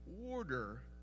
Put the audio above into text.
order